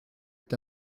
est